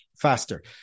faster